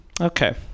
Okay